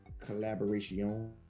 collaboration